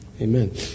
Amen